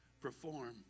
perform